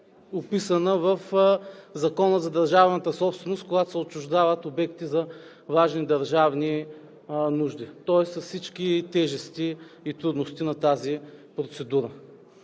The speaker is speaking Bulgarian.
описана в Закона за държавната собственост, когато се отчуждават обекти за важни държавни нужди, тоест с всички тежести и трудности на тази процедура.